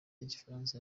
igifaransa